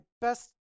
best